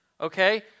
okay